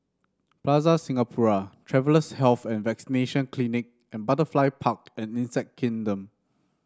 Plaza Singapura Travellers' Health and Vaccination Clinic and Butterfly Park and Insect Kingdom